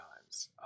times